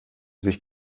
sich